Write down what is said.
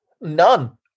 None